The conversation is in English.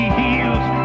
heals